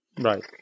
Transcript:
Right